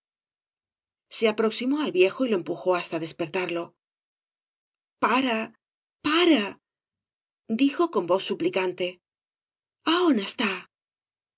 se aproximó al viejo y lo empujó hasta dea pertarlo pare pare dijo con voz suplicante ahón está